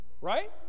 Right